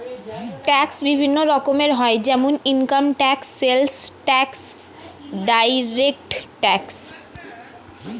tax বিভিন্ন রকমের হয় যেমন income tax, sales tax, direct tax